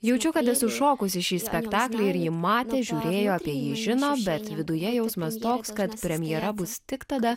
jaučiu kad esu šokusi šį spektaklį ir jį matė žiūrėjo apie jį žino bet viduje jausmas toks kad premjera bus tik tada